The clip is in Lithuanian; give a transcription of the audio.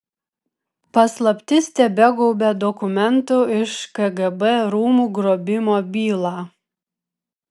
paslaptis tebegaubia dokumentų iš kgb rūmų grobimo bylą